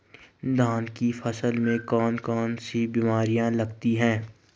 धान की फसल में कौन कौन सी बीमारियां लगती हैं?